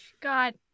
God